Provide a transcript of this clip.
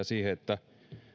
siihen että